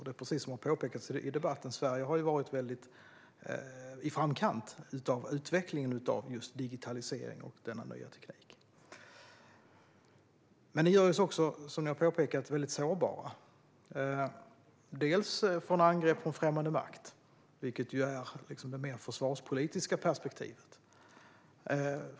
Det är precis som har påpekats i debatten, det vill säga att Sverige har legat i framkant av utvecklingen när det gäller digitaliseringen och denna nya teknik. Det gör oss dock också, som ni har påpekat, väldigt sårbara. Vi blir sårbara för angrepp från främmande makt, vilket ju är det mer försvarspolitiska perspektivet.